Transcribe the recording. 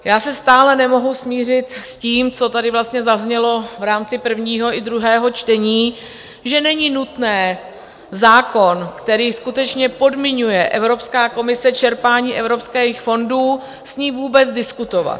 Já se stále nemohu smířit s tím, co tady zaznělo v rámci prvního i druhého čtení, že není nutné zákon, kterým skutečně podmiňuje Evropská komise čerpání evropských fondů, s ní vůbec diskutovat.